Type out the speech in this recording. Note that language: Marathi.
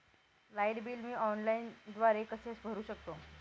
लाईट बिल मी ऑनलाईनद्वारे कसे भरु शकतो?